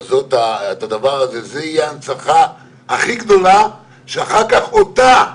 זו תהיה ההנצחה הכי גדולה, שאחר כך אותה,